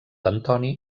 antoni